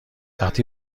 وقتی